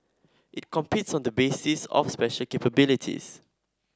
it competes on the basis of special capabilities